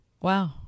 Wow